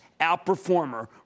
outperformer